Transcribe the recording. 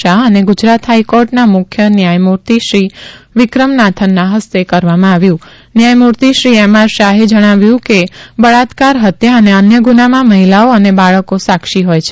શાહ અને ગુજરાત હાઈકોટના મુખ્ય ન્યાયમૂતિ શ્રી વિક્રમનાથના હસ્તે કરવામાં આવ્યું ન્યાયમૂર્તિ શ્રી એમ આર શાહે જણાવ્યું છે કે બળાત્કાર ફત્યા અને અન્ય ગુનામાં મહિલાઓ અને બાળકો સાક્ષી હોય છે